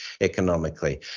economically